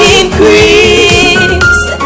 increase